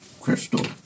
Crystal